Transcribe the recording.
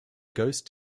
ghost